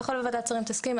ככל שוועדת השרים תסכים,